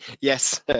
Yes